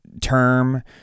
term